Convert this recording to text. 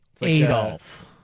Adolf